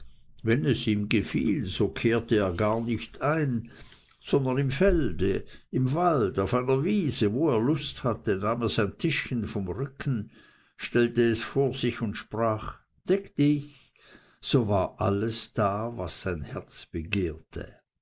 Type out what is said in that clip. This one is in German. wenn es ihm gefiel so kehrte er gar nicht ein sondern im felde im wald auf einer wiese wo er lust hatte nahm er sein tischchen vom rücken stellte es vor sich und sprach deck dich so war alles da was sein herz begehrte